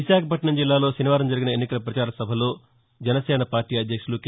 విశాఖపట్నం జిల్లాలో శనివారం జరిగిన ఎన్నికల పచార సభలో జనసేన పార్టీ అధ్యక్షుడు కె